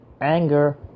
anger